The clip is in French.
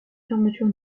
fermeture